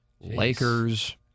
Lakers